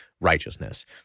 righteousness